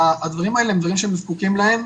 הדברים האלה הם דברים שהם זקוקים להם.